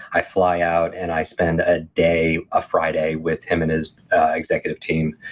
i fly out, and i spend a day, a friday, with him and his executive team.